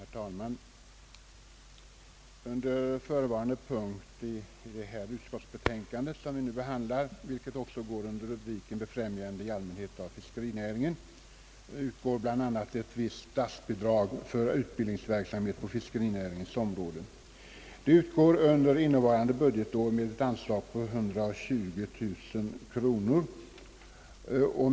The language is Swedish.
Herr talman! Under förevarande punkt i det utskottsutlåtande som vi nu behandlar, vilken går under rubriken Befrämjande i allmänhet av fiskerinäringen, upptas bl.a. visst statsbidrag för utbildningsverksamhet på fiskerinäringens område. Det utgår under innevarande budgetår med ett belopp av 120000 kronor.